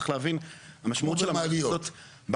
כמו במעליות.